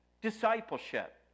discipleship